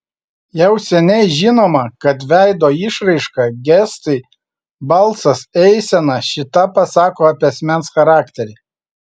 jau seniai žinoma kad veido išraiška gestai balsas eisena šį tą pasako apie asmens charakterį